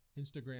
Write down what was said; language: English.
Instagram